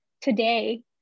today